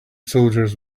soldiers